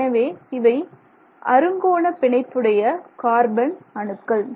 எனவே இவை அறுங்கோண பிணைப்புடைய கார்பன் அணுக்கள்